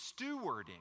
stewarding